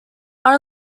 are